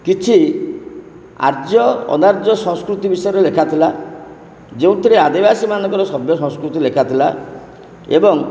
କିଛି ଆର୍ଯ୍ୟ ଅନାର୍ଯ୍ୟ ସଂସ୍କୃତି ବିଷୟରେ ଲେଖାଥିଲା ଯେଉଁଥିରେ ଆଦିବାସୀମାନଙ୍କର ସଭ୍ୟ ସଂସ୍କୃତି ଲେଖାଥିଲା ଏବଂ